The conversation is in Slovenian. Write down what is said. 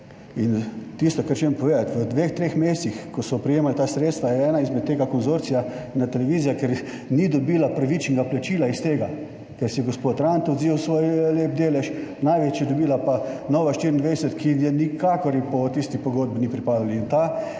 Tisto, kar hočem povedati, v dveh, treh mesecih, ko so prejemali ta sredstva, je ena iz tega konzorcija [izstopila], ena televizija, ker ni dobila pravičnega plačila iz tega. Ker si je gospod Rant odvzel svoj lep delež, največ je dobila pa Nova24, ki ji nikakor po tisti pogodbi ni pripadal. Ena